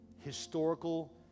historical